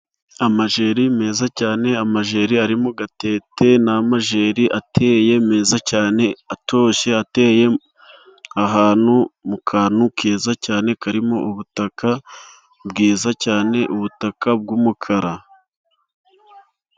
Amajeri meza cyane, amajeri ari mu gatete, ni amajeri ateye, meza cyane, atoshye, ateye ahantu mu kantu keza cyane, karimo ubutaka bwiza cyane, ubutaka bw'umukara.